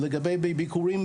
כל מה שקורה,